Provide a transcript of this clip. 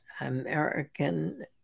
American